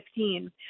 2015